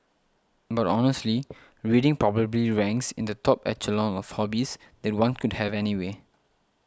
but honestly reading probably ranks in the top echelon of hobbies that one could have anyway